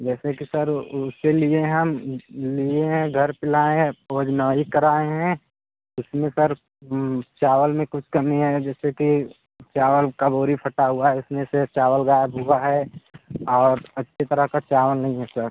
जैसे कि सर उ उससे लिए हम लिए हैं घर पर लाएँ हैं कराएँ हैं उसमें सर चावल में कुछ कमी है जिससे कि चावल का बोरी फटा हुआ है उसमें से चावल गायब हुआ है और अच्छी तरह का चावल नहीं है सर